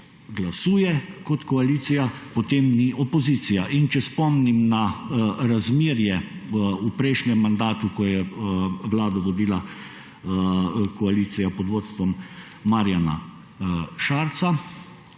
glasuje kot koalicija, potem ni opozicija. In če spomnim na razmerje v prejšnjem mandatu, ko je Vlado vodila koalicija pod vodstvom Marjana Šarca,